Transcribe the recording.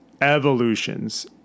evolutions